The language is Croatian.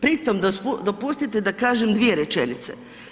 Pritom dopustite da kažem dvije rečenice.